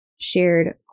shared